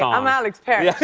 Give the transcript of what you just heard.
um alex parrish.